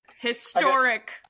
Historic